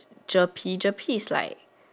Jerry Jerry is like